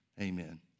Amen